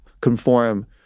conform